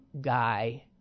guy